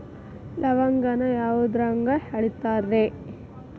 ಲವಂಗಾನ ಯಾವುದ್ರಾಗ ಅಳಿತಾರ್ ರೇ?